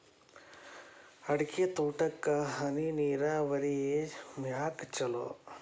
ಅಡಿಕೆ ತೋಟಕ್ಕ ಹನಿ ನೇರಾವರಿಯೇ ಯಾಕ ಛಲೋ?